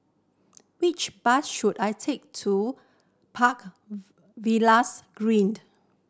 which bus should I take to Park Villas Green